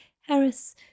Harris